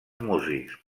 músics